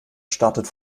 startet